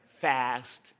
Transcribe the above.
fast